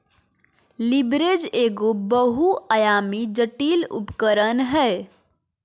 leverage एगो बहुआयामी, जटिल उपकरण हय